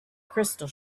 crystal